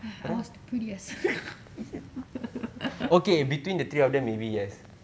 !huh! I was the prettiest